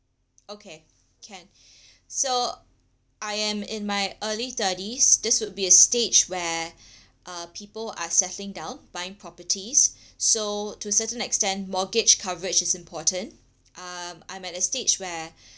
okay can so I am in my early thirties this would be a stage where uh people are settling down buying properties so to certain extent mortgage coverage is important um I'm at a stage where